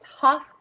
tough